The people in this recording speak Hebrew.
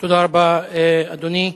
תודה רבה, אדוני.